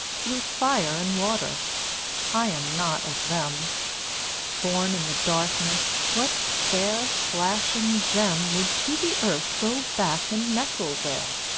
through fire and water i am not of them born in the darkness, what fair-flashing gem would to the earth go back and nestle there?